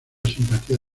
simpatía